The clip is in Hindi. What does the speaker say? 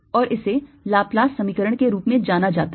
और इसे लाप्लास समीकरण के रूप में जाना जाता है